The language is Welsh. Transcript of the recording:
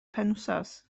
penwythnos